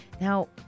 Now